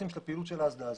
גם אם יגיע הגז לרצועת עזה,